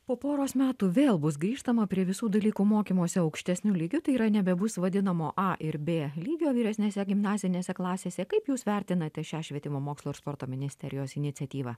po poros metų vėl bus grįžtama prie visų dalykų mokymosi aukštesniu lygiu tai yra nebebus vadinamo a ir b lygio vyresnėse gimnazinėse klasėse kaip jūs vertinate šią švietimo mokslo ir sporto ministerijos iniciatyvą